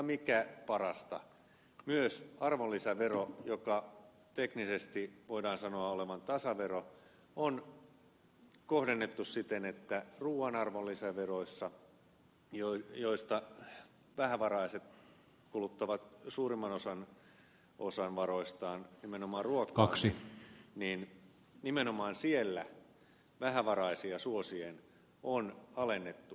mikä parasta myös arvonlisävero jonka teknisesti voidaan sanoa olevan tasavero on kohdennettu siten että ruuan arvonlisäveroissa johon vähävaraiset kuluttavat suurimman osan varoistaan nimenomaan ruokaan nimenomaan vähävaraisia suosien on alennettu arvonlisäveroja